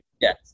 Yes